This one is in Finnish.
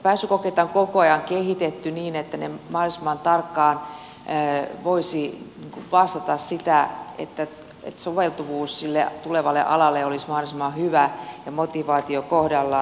pääsykokeita on koko ajan kehitetty niin että ne mahdollisimman tarkkaan voisivat vastata sitä että soveltuvuus sille tulevalle alalle olisi mahdollisimman hyvä ja motivaatio kohdallaan